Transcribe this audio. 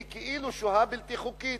והיא כאילו שוהה בלתי חוקית,